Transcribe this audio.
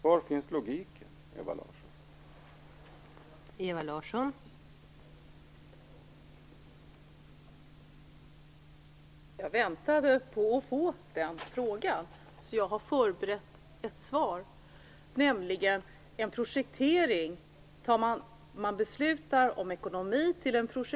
Var finns logiken, Ewa